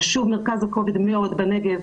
חשוב מרכז הכובד בנגב,